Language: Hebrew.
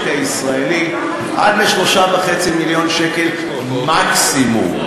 הישראלי עד ל-3.5 מיליון שקל מקסימום.